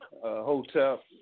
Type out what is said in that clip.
Hotel